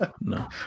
no